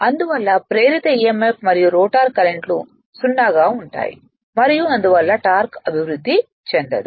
అందువల్ల ప్రేరిత emf మరియు రోటర్ కరెంట్లు 0 గా ఉంటాయి మరియు అందువల్ల టార్క్ అభివృద్ధి చెందదు